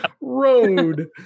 road